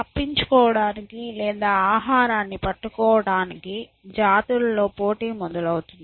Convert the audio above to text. తప్పించుకోవడానికి లేదా ఆహారాన్ని పట్టుకోవటానికి జాతులలో పోటీ మొదలవుతుంది